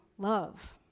love